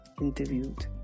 interviewed